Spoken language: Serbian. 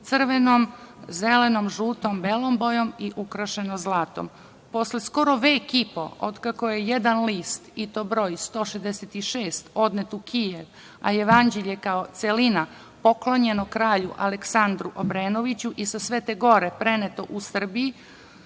crvenom, zelenom, žutom, belom bojom i ukrašene zlatom. Posle skoro vek i po otkako je jedan list, i to broj 166, odnet u Kijev, a jevanđelje kao celina poklonjeno kralju Aleksandru Obrenoviću i sa Svete gore preneto u Srbiju,